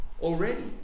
already